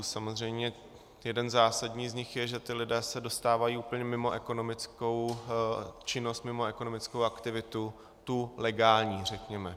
Samozřejmě jeden zásadní z nich je, že ti lidé se dostávají úplně mimo ekonomickou činnost, mimo ekonomickou aktivitu, tu legální řekněme.